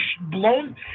blown